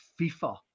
FIFA